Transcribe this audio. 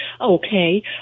Okay